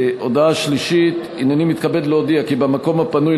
הודעה שלישית: הנני מתכבד להודיע כי במקום הפנוי